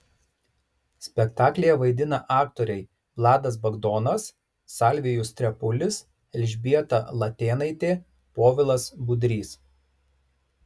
spektaklyje vaidina aktoriai vladas bagdonas salvijus trepulis elžbieta latėnaitė povilas budrys